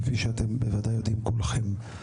כפי שאתם בוודאי יודעים כולכם,